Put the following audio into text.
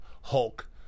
Hulk